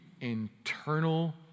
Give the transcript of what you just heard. internal